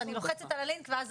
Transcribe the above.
שאני לוחצת על הלינק ואז